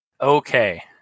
Okay